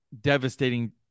devastating